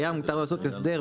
והיה מותר לו לעשות הסדר,